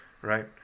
right